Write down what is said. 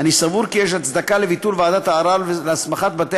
אני סבור כי יש הצדקה לביטול ועדת הערר ולהסמכת בתי